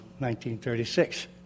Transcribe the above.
1936